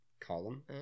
Column